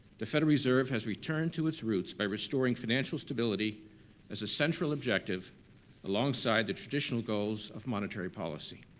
the federal reserve has returned to its roots by restoring financial stability as a central objective alongside the traditional goals of monetary policy.